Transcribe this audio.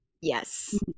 Yes